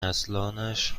همنسلانش